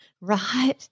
Right